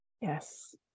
Yes